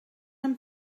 een